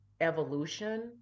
evolution